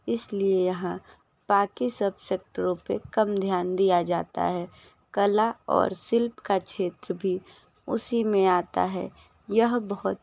इसलिए यहाँ बाकि सब सेक्टरों पर कम ध्यान दिया जाता है कला और शिल्प का क्षेत्र भी उसी में आता है यह बहुत